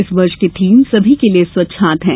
इस वर्ष की थीम सभी के लिए स्वच्छ हाथ है